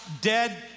dead